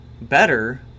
better